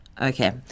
Okay